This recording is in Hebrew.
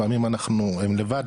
לפעמים הם לבד,